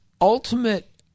ultimate